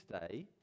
today